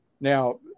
Now